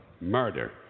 murder